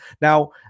Now